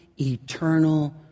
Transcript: eternal